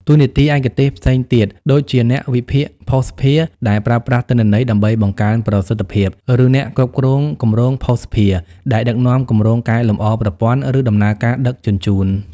តួនាទីឯកទេសផ្សេងទៀត ដូចជាអ្នកវិភាគភស្តុភារ ដែលប្រើប្រាស់ទិន្នន័យដើម្បីបង្កើនប្រសិទ្ធភាព ឬអ្នកគ្រប់គ្រងគម្រោងភស្តុភារ ដែលដឹកនាំគម្រោងកែលម្អប្រព័ន្ធ ឬដំណើរការដឹកជញ្ជូន។